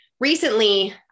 recently